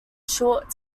short